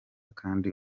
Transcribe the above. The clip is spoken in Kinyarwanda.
kandi